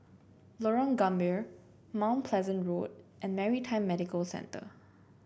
Lorong Gambir Mount Pleasant Road and Maritime Medical Centre